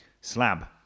slab